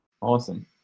Awesome